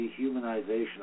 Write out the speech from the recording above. dehumanization